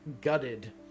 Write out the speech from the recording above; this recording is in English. gutted